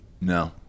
No